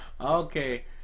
Okay